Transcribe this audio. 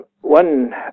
one